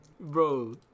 Bro